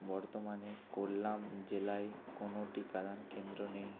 বর্তমানে কোল্লাম জেলায় কোনও টিকাদান কেন্দ্র নেই